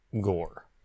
gore